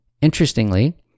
Interestingly